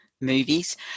movies